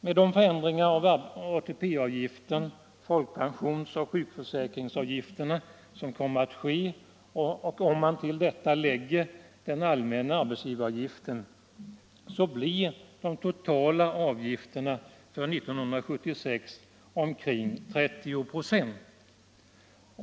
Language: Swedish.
Med de förändringar av ATP-, folkpensions och sjukförsäkringsavgifterna som kommer att ske blir, om man till detta lägger den allmänna arbetsgivaravgiften, de totala avgifterna för 1976 omkring 30 26.